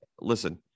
listen